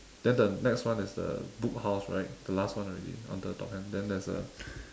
then the next one is the book house right the last one already on the top hand then there's a